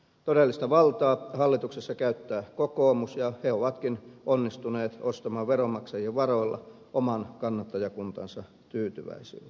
todellista valtaa hallituksessa käyttää kokoomus ja he ovatkin onnistuneet ostamaan veronmaksajien varoilla oman kannattajakuntansa tyytyväisyyden